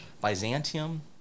Byzantium